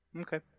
Okay